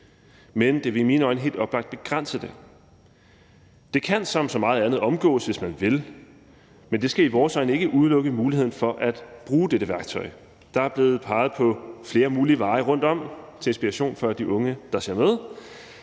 men det vil i mine øjne helt oplagt begrænse det. Det kan som så meget andet omgås, hvis man vil, men det skal i vores øjne ikke udelukke muligheden for at bruge dette værktøj. Der er blevet peget på flere mulige veje – til inspiration for de unge, der ser med.